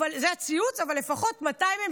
זה הציוץ, אבל מתי הם שוחררו?